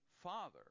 father